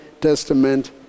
Testament